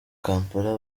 kampala